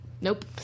Nope